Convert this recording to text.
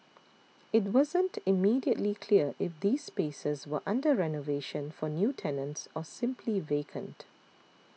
it wasn't immediately clear if these spaces were under renovation for new tenants or simply vacant